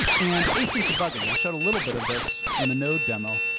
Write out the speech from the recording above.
and async debugging. i showed a little bit of this in the node demo.